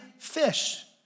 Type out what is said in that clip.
fish